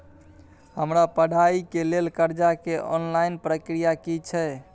हमरा पढ़ाई के लेल कर्जा के ऑनलाइन प्रक्रिया की छै?